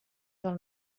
del